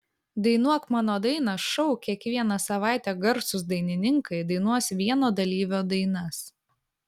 dainuok mano dainą šou kiekvieną savaitę garsūs dainininkai dainuos vieno dalyvio dainas